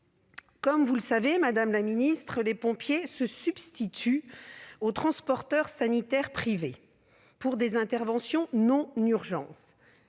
Comme vous le savez, madame la ministre, les pompiers se substituent aux transporteurs sanitaires privés pour des interventions non urgentes.